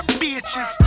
bitches